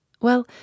Well